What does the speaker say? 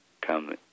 come